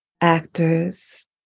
actors